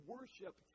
Worship